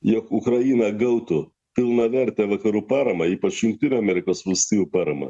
jog ukraina gautų pilnavertę vakarų paramą ypač jungtinių amerikos valstijų paramą